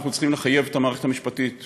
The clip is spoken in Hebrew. אנחנו צריכים לחייב את המערכת המשפטית,